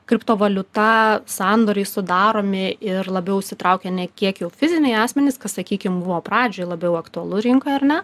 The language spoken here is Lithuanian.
kriptovaliuta sandoriai sudaromi ir labiau įsitraukia ne kiek jau fiziniai asmenys kas sakykim buvo pradžioj labiau aktualu rinkoje ar ne